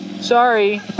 Sorry